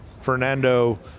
Fernando